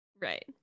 Right